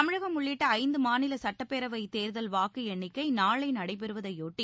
தமிழகம் உள்ளிட்டறந்துமாநிலசட்டப்பேரவைத் தேர்தல் வாக்குஎண்ணிக்கைநாளைநடைபெறுவதையொட்டி